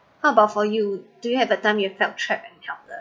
how about for you do you have a time you felt trapped and helpless